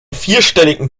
vierstelligen